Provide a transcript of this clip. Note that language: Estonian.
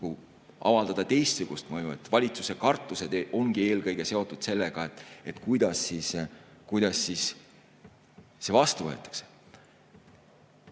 avaldada teistsugust mõju. Valitsuse kartused ongi eelkõige seotud sellega, kuidas see vastu võetakse.